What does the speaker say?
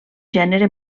gènere